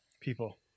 people